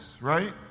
right